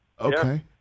Okay